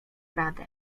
radę